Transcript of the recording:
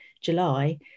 July